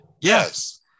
yes